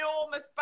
enormous